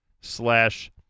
slash